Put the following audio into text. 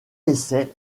essai